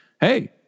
hey